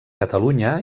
catalunya